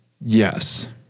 yes